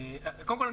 קודם כל,